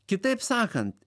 kitaip sakant